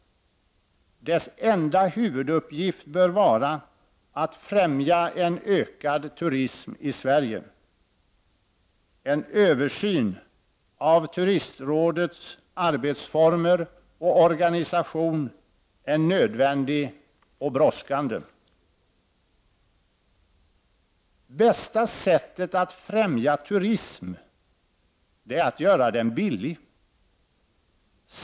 Dess enda huvuduppgift bör vara att främja en ökad turism i Sverige. En översyn av Turistrådets arbetsformer och organisation är nödvändig och brådskande. Bästa sättet att främja turism är att göra den billig.